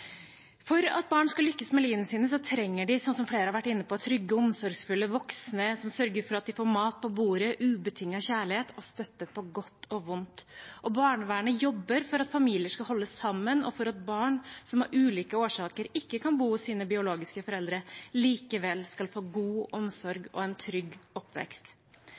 For at barn skal lykkes med livet sitt, trenger de, som flere har vært inne på, trygge og omsorgsfulle voksne, som sørger for at de får mat på bordet, ubetinget kjærlighet og støtte på godt og vondt. Barnevernet jobber for at familier skal holde sammen, og for at barn som av ulike årsaker ikke kan bo hos sine biologiske foreldre, likevel skal få god omsorg og en trygg oppvekst.